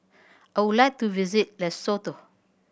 I would like to visit Lesotho